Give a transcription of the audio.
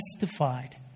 justified